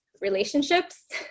relationships